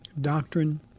doctrine